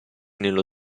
nello